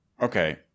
Okay